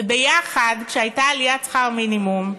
ויחד, כשהייתה עלייה בשכר מינימום,